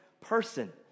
person